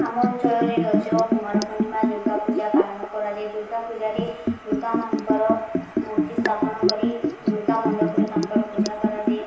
ଆମ ଅଞ୍ଚଳରେ ରଜ କୁମାର ପୂର୍ଣ୍ଣିମା ଦୂର୍ଗା ପୂଜା ପାଳନ କରାଯାଏ ଦୂର୍ଗା ପୂଜାରେ ଦୂର୍ଗା ମା'ଙ୍କର ମୂର୍ତ୍ତି ସ୍ଥାପନ କରି ଦୂର୍ଗା ମଣ୍ଡପରେ ତାଙ୍କର ପୂଜା କରାଯାଏ